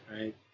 right